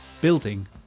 building